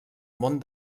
món